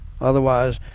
Otherwise